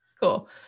cool